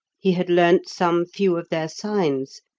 he had learnt some few of their signs,